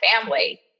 family